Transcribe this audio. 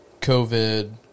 COVID